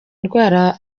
ndwara